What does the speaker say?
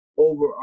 over